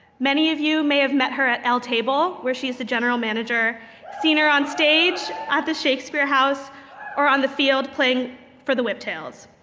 many of you may have met her at l table, where she is the general manager seen her onstage at the shakespeare house or on the field playing for the whip tails.